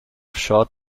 short